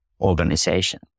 organization